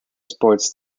sports